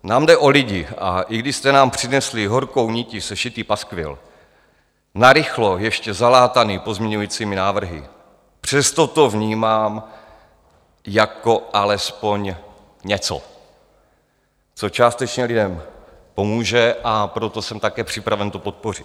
Nám jde o lidi, a i když jste nám přinesli horkou nití sešitý paskvil, narychlo ještě zalátaný pozměňovacími návrhy, přesto to vnímám jako alespoň něco, co částečně lidem pomůže, a proto jsem také připraven to podpořit.